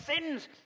sins